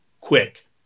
quick